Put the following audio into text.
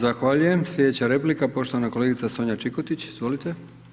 Zahvaljujem sljedeća replika poštovana kolegica Sonja Čikotić, izvolite.